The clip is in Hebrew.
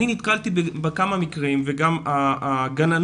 אני נתקלתי בכמה מקרים וגם הגננות,